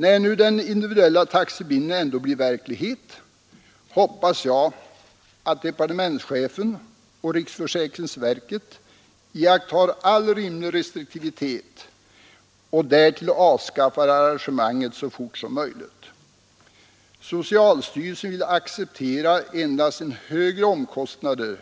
När nu den individuella taxebindningen ändå blir verklighet, hoppas jag att departementschefen och riksförsäkringsverket iakttar all rimlig restriktivitet och därtill avskaffar arrangemanget så fort som möjligt. Socialstyrelsen vill acceptera endast högre omkostnader